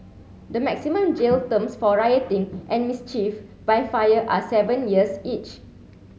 the maximum jail terms for rioting and mischief by fire are seven years each